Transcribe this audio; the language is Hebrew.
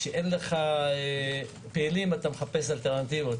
כי כשאין לך פעילים אתה מחפש אלטרנטיבות,